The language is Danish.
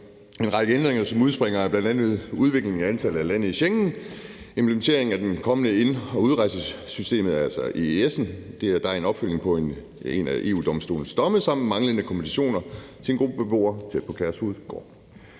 en række ændringer, som udspringer af bl. a udviklingen i antallet af lande i Schengen, implementeringen af det kommende ind- og udrejsesystem, altså EØS'en, og der er en opfølgning på en af EU-domstolens domme, samt manglende kompensationer til en gruppe beboere tæt på Kærshovedgård.